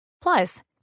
Plus